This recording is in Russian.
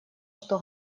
что